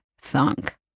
Thunk